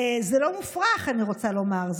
זה לא מופרך, אני רוצה לומר.